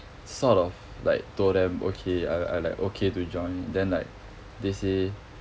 sort of like told them okay I I like okay to join then like they say